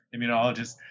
immunologists